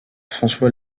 françois